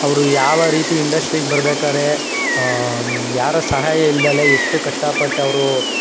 ಅವರು ಯಾವ ರೀತಿ ಇಂಡಶ್ಟ್ರೀಗೆ ಬರಬೇಕಾದ್ರೆ ಯಾರ ಸಹಾಯ ಇಲ್ದಲೆ ಎಷ್ಟು ಕಷ್ಟಪಟ್ಟವರು